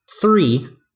three